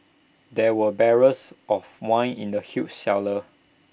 there were barrels of wine in the huge cellar